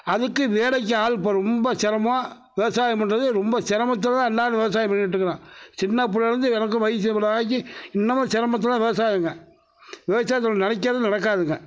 அதுக்கு வேலைக்கு ஆள் இப்போ ரொம்ப சிரமோ வெவசாயம் பண்ணுறது ரொம்ப சிரமத்துல தான் எல்லாரும் விவசாயோம் பண்ணிகிட்ருக்றோம் சின்ன புள்ளைலேந்து எனக்கு வயசு இவ்வளோ ஆகி இன்னமும் சிரமத்துல விவசாயிங்க விவசாயத்தில் நம்ம நெனைக்கிறது நடக்காதுங்க